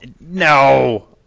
No